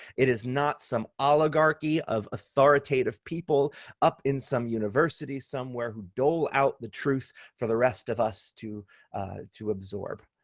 it is not some oligarchy of authoritative people up in some university somewhere who dole out the truth for the rest of us to to absorb.